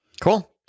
Cool